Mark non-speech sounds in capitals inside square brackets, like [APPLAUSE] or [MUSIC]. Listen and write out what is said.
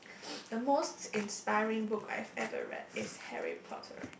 [NOISE] the most inspiring book I've ever read is Harry-Potter